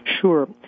Sure